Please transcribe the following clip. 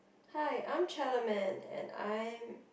hi I'm Chella-Man and I'm